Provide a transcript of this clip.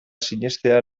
sinestea